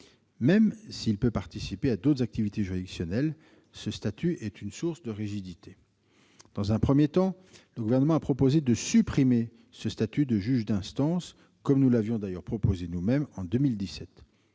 Même s'il peut participer à d'autres activités juridictionnelles, ce statut est une source de rigidité. Dans un premier temps, le Gouvernement a proposé de supprimer ce statut de juge d'instance, comme nous l'avions d'ailleurs suggéré nous-mêmes en 2017.